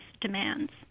demands